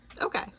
Okay